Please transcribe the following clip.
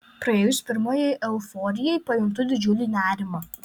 praėjus pirmajai euforijai pajuntu didžiulį nerimą